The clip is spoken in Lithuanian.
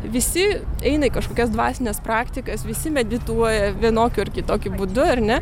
visi eina į kažkokias dvasines praktikas visi medituoja vienokiu ar kitokiu būdu ar ne